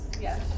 Yes